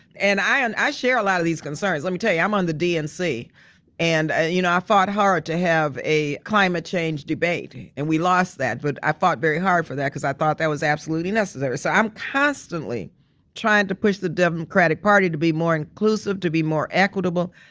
and i share a lot of these concerns. let me tell you, i'm on the dnc and ah you know i fought hard to have a climate change debate and we lost that. but i fought very hard for that because i thought that was absolutely necessary. so i'm constantly trying to push the democratic party to be more inclusive, to be more equitable,